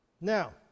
Now